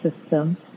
system